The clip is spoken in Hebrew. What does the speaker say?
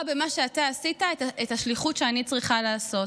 במה שאתה עשית את השליחות שאני צריכה לעשות.